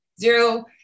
zero